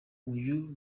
uyu